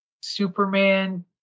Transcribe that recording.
Superman